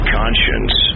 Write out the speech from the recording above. conscience